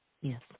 Yes